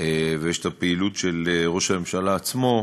ויש פעילות של ראש הממשלה עצמו,